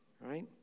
right